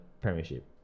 Premiership